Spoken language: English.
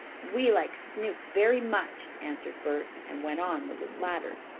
we like snoop very much, answered bert, and went on with his ladder.